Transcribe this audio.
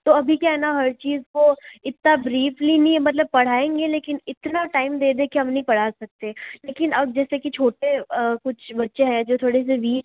तो अभी क्या है ना हर चीज़ को इतना ब्रीफली नहीं मतलब पढ़ाएंगे लेकिन इतना टाइम दे दे के हम नहीं पढ़ा सकते लेकिन अब जैसे कि छोटे कुछ बच्चे हैं जो थोड़े से वीक हैं